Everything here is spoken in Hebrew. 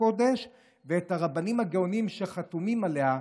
הקודש ואת הרבנים הגאונים שחתומים עליה,